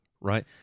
right